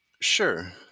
Sure